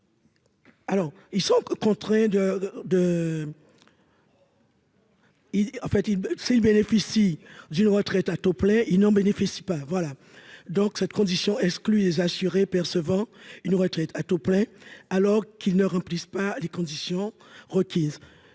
Alors, ils sont contraints de de. Il en fait il s'ils bénéficient d'une retraite à taux plein, il n'en bénéficient pas, voilà donc cette condition des assurés, percevant une retraite à taux plein, alors qu'ils ne remplissent pas les conditions requises,